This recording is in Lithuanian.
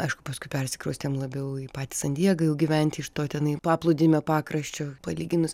aišku paskui persikraustėm labiau į patį san diegą gyventi iš to tenai paplūdimio pakraščio palyginus